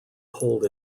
hold